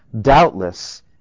Doubtless